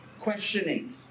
questioning